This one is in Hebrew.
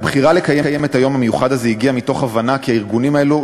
הבחירה לקיים את היום המיוחד הזה הגיעה מתוך הבנה שהארגונים האלה,